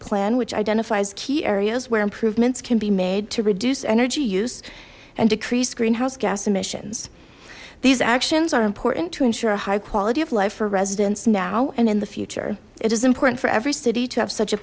plan which identifies key areas where improvements can be made to reduce energy use and decrease greenhouse gas emissions these actions are important to ensure a high quality of life for residents now and in the future it is important for every city to have such a